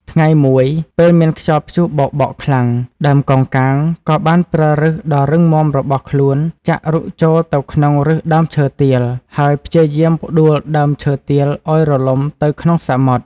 ថ្ងៃមួយ ពេលមានខ្យល់ព្យុះបោកបក់ខ្លាំង ដើមកោងកាងក៏បានប្រើប្ញសដ៏រឹងមាំរបស់ខ្លួនចាក់រុកចូលទៅក្នុងប្ញសដើមឈើទាល ហើយព្យាយាមផ្តួលដើមឈើទាលឲ្យរលំទៅក្នុងសមុទ្រ។